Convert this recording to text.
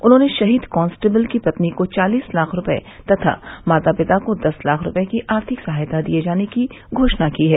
उन्होंने शहीद कांस्टेबिल की पली को चालीस लाख रूपये तथा माता पिता को दस लाख रूपये की आर्थिक सहायता दिये जाने की घोषणा की है